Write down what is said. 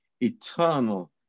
eternal